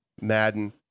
Madden